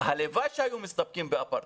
הלוואי שהיו מסתפקים באפרטהייד.